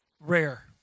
rare